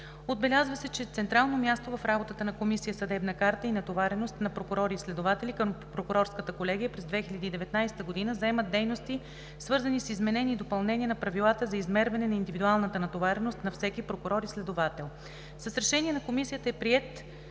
Отбеляза се, че централно място в работата на Комисия „Съдебна карта и натовареност на прокурори и следователи“ към Прокурорската колегия през 2019 г. заемат дейности, свързани с изменения и допълнения на Правилата за измерване на индивидуалната натовареност на всеки прокурор и следовател.